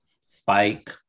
Spike